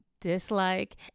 dislike